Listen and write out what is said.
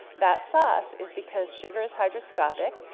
that sauce is because sugar's hygroscopic,